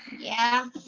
yeah.